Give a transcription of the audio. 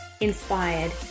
inspired